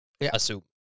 assume